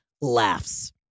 laughs